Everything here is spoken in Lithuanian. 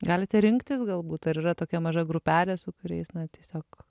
galite rinktis galbūt ar yra tokia maža grupelė su kuriais na tiesiog